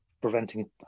preventing